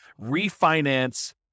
refinance